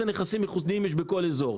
ואילו נכסים ייחודיים יש בכל אזור.